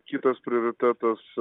kitas prioritetas